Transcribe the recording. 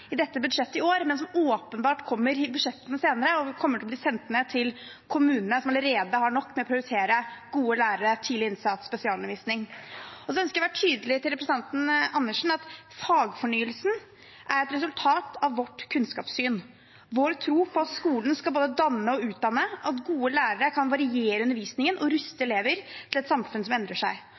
i dette budsjettet i år, men som åpenbart kommer i budsjettene senere, og som kommer til å bli sendt med til kommunene, som allerede har nok med å prioritere gode lærere, tidlig innsats og spesialundervisning. Så ønsker jeg å være tydelig til representanten Karin Andersen: Fagfornyelsen er et resultat av vårt kunnskapssyn, vår tro på at skolen skal både danne og utdanne, og at gode lærere kan variere undervisningen og ruste elever til et samfunn som endrer